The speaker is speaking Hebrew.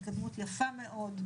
התקדמות יפה מאוד,